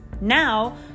Now